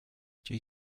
due